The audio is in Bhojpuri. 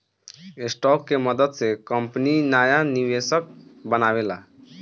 स्टॉक के मदद से कंपनी नाया निवेशक बनावेला